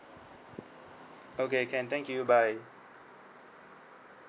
okay can thank you bye